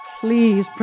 Please